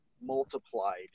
multiplied